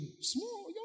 small